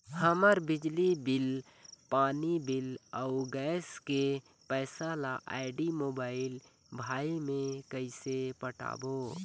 हमर बिजली बिल, पानी बिल, अऊ गैस के पैसा ला आईडी, मोबाइल, भाई मे कइसे पटाबो?